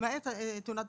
למעט תאונת דרכים".